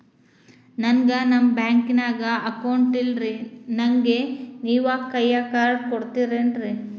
ನನ್ಗ ನಮ್ ಬ್ಯಾಂಕಿನ್ಯಾಗ ಅಕೌಂಟ್ ಇಲ್ರಿ, ನನ್ಗೆ ನೇವ್ ಕೈಯ ಕಾರ್ಡ್ ಕೊಡ್ತಿರೇನ್ರಿ?